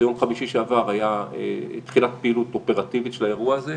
יום חמישי שעבר התחילה פעילות אופרטיבית של האירוע הזה,